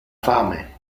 fame